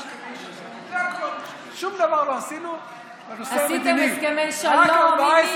אני אזכיר לך, לא צריך דקה, רק ארבעה הסכמי שלום,